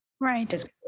Right